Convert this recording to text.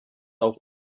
auch